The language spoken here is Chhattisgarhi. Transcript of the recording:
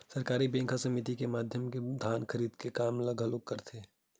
सहकारी बेंक ह समिति के माधियम ले धान खरीदे के काम ल घलोक करथे